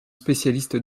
spécialiste